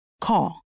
Call